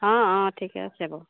অঁ অঁ ঠিকে আছে বাৰু